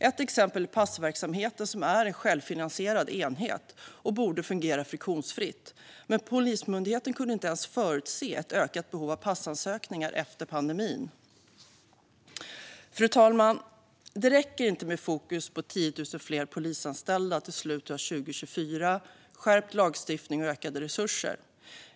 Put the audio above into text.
Ett exempel är passverksamheten, som är en självfinansierad enhet och borde fungera friktionsfritt. Men Polismyndigheten kunde inte ens förutse ett ökat behov av passansökningar efter pandemin. Fru talman! Det räcker inte med fokus på 10 000 fler polisanställda till slutet av 2024, skärpt lagstiftning och ökade resurser.